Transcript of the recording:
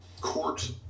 court